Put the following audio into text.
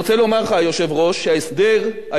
שההסדר היום עומד בשני התנאים האלה.